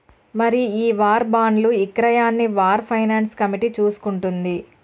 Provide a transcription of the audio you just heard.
మరి ఈ వార్ బాండ్లు ఇక్రయాన్ని వార్ ఫైనాన్స్ కమిటీ చూసుకుంటుంది